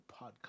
podcast